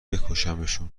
بکشمشون